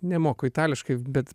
nemoku itališkai bet